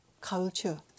culture